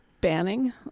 banning